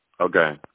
Okay